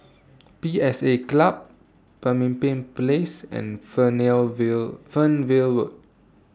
P S A Club Pemimpin Place and Fernvale Road